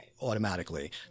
automatically